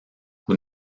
vous